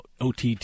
OTT